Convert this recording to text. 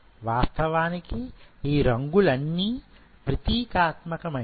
వాస్తవానికి ఈ రంగులన్నీ ప్రతీకాత్మకమైనవి